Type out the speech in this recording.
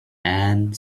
and